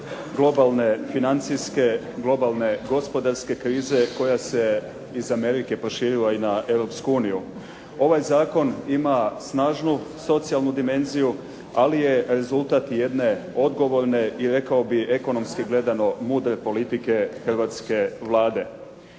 globalne financijske, globalne gospodarske krize koja se iz Amerike proširila i na Europsku uniju. Ovaj zakon ima snažnu socijalnu dimenziju, ali je rezultat i jedne odgovorne i rekao bih ekonomski gledano mudre politike hrvatske Vlade.